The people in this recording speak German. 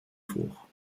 vor